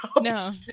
no